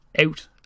out